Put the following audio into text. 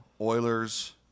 Oilers